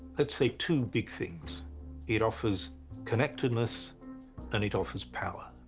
let's say two big things it offers connectedness and it offers power.